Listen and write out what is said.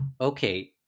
Okay